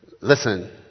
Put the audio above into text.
Listen